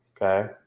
Okay